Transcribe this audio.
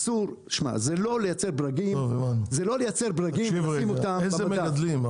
זה לא לייצר ברגים -- איזה מגדלים?